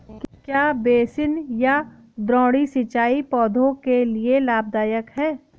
क्या बेसिन या द्रोणी सिंचाई पौधों के लिए लाभदायक है?